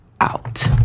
out